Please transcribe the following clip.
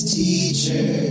teacher